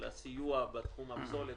של הסיוע בתחום הפסולת,